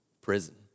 prison